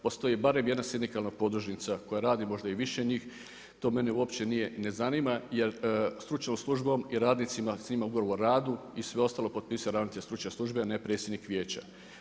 Postoji barem jedna sindikalna podružnica koja radi, možda i više njih, to mene uopće ne zanima, jer stručnom službom i radnicima, imaju ugovor o radu, i sve ostalo potpisuje ravnatelj stručne službe, najprije sindik vijeća.